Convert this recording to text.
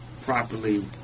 properly